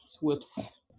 Whoops